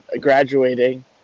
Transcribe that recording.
graduating